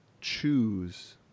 choose